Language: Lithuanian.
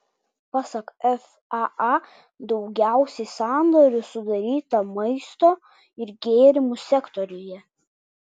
pasak faa daugiausiai sandorių sudaryta maisto ir gėrimų sektoriuje